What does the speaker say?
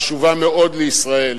חשובה מאוד לישראל,